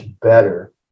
better